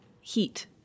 heat